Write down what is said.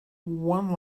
one